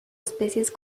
especies